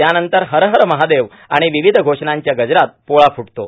त्यानंतर हरहर महादेव आणि विविध घोषणांच गजरात पोळा फुट्तो